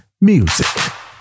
Music